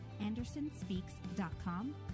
andersonspeaks.com